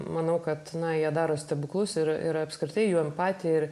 manau kad jie daro stebuklus ir ir apskritai jų empatija ir